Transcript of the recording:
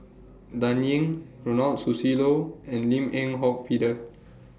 Dan Ying Ronald Susilo and Lim Eng Hock Peter